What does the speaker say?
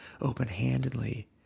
open-handedly